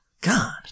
God